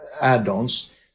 add-ons